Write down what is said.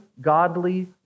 godly